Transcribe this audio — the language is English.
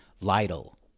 Lytle